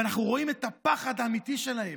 ואנחנו רואים את הפחד האמיתי שלהם.